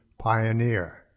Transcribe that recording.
Pioneer